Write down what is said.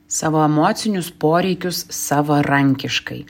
savo emocinius poreikius savarankiškai